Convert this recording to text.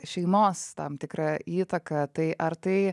šeimos tam tikra įtaka tai ar tai